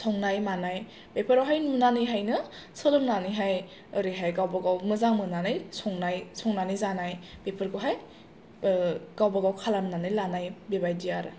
संनाय मानाय बेफोरावहाय नुनानैहायनो सोलोंनानैहाय ओरैहाय गावबा गाव मोजां मोननानै संनाय संनानै जानाय बेफोरखौहाय गावबा गाव खालामनानै लानाय बेबायदि आरो